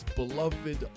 beloved